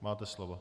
Máte slovo.